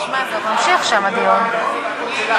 זה לא